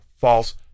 false